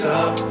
up